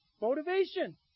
motivation